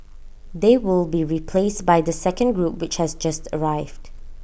they will be replaced by the second group which has just arrived